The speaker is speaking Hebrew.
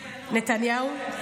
נתניהו?